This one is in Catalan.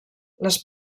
les